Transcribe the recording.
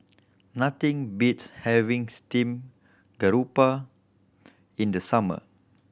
nothing beats having steamed garoupa in the summer